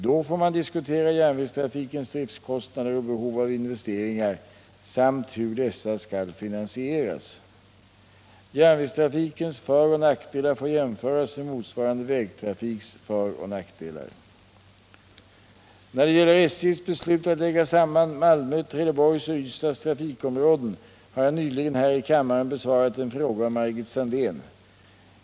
Då får man diskutera järnvägstrafikens driftkostnader och behov av investeringar samt hur dessa skall finansieras. Järnvägstrafikens föroch nackdelar får jämföras med motsvarande vägtrafiks föroch nackdelar. När det gäller SJ:s beslut att lägga samman Malmö, Trelleborgs och Ystads trafikområden har jag nyligen här i kammaren besvarat en fråga av Margit Sandéhn.